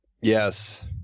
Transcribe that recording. yes